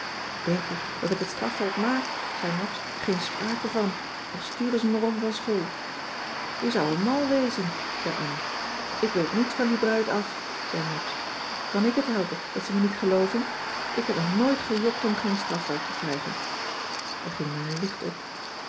denk je dat ik het strafwerk maak zei mabs geen sprake van al sturen ze me erom van school je zou wel mal wezen zei annie ik weet niets van die bruid af zei mabs kan ik het helpen dat ze me niet gelooven ik heb nog nooit gejokt om geen strafwerk te krijgen er ging mij een licht op